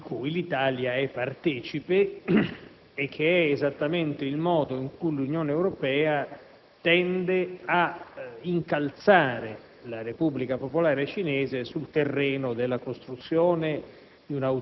di cui l'Italia è partecipe e che è esattamente il modo in cui l'Unione Europea tende ad incalzare la Repubblica popolare cinese sul terreno della costruzione